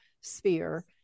sphere